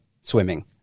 swimming